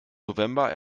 november